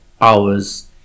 hours